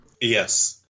yes